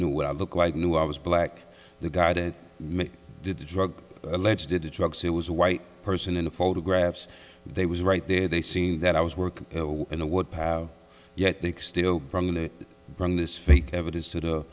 knew what i look like i knew i was black the guy that made the drug alleged the drugs it was a white person in the photographs they was right there they seen that i was working in a would have yet big steel from the bring this fake evidence to the